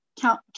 count